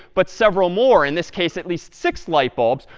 but several more in this case, at least six light bulbs,